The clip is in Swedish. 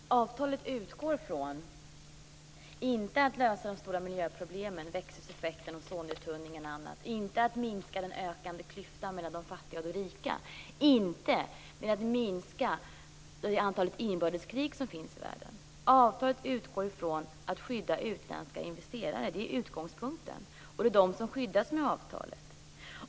Herr talman! Avtalet utgår inte från att lösa de stora miljöproblemen, växthuseffekten, ozonuttunningen och annat, inte från att minska den ökande klyftan mellan de fattiga och de rika och inte från att minska antalet inbördeskrig i världen. Avtalet utgår från att skydda utländska investerare. Det är utgångspunkten. Det är de som skyddas med avtalet.